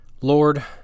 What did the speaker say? Lord